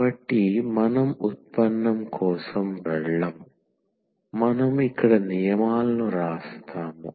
కాబట్టి మనం ఉత్పన్నం కోసం వెళ్ళము మనం ఇక్కడ నియమాలను వ్రాస్తాము